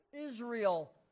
Israel